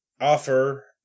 offer